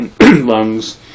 lungs